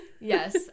Yes